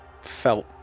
felt